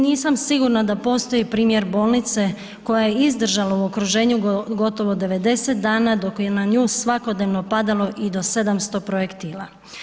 Ne, nisam sigurna da postoji primjer bolnice koja je izdržala u okruženju gotovo 90 dana dok je na nju svakodnevno padalo i do 700 projektila.